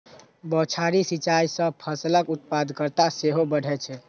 बौछारी सिंचाइ सं फसलक उत्पादकता सेहो बढ़ै छै